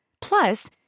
Plus